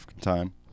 time